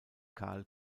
kahl